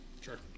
Sure